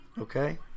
Okay